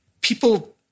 people